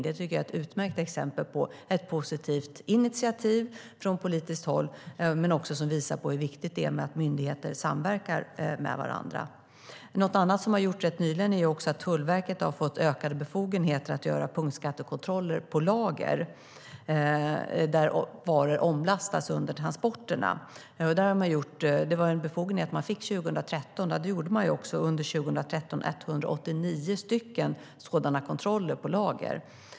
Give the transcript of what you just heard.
Det är ett utmärkt exempel på ett positivt initiativ från politiskt håll som visar hur viktigt det är att myndigheter samverkar. Vidare har Tullverket nyligen fått ökade befogenheter att göra punktskattekontroller på de lager där varor omlastas under transporter. Man fick denna befogenhet 2013 och gjorde då 129 sådana kontroller.